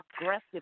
aggressive